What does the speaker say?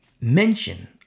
mention